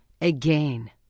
again